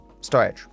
storage